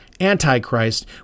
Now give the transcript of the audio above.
Antichrist